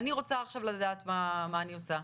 האם פטור מסוים הוא נכון או לא נכון,